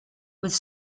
with